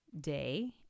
day